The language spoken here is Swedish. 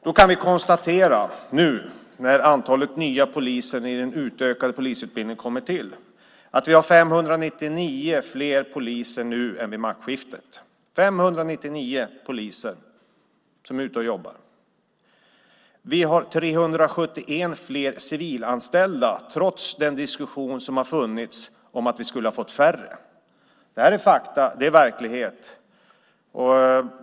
Då kan vi konstatera, nu när antalet nya poliser i den utökade polisutbildningen kommer till, att vi har 599 fler poliser nu än vid maktskiftet. 599 poliser är ute och jobbar. Vi har 371 fler civilanställda, trots den diskussion som har funnits om att vi skulle ha fått färre. Det här är fakta. Det är verklighet.